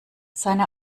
seine